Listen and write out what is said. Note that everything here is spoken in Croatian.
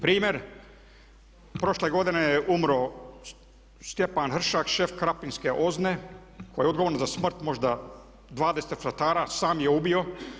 Primjer, prošle godine je umro Stjepan Hršak, šef krapinske OZNA-e, koja je odgovorna za smrt možda 20 fratara, sam je ubio.